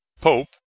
Pope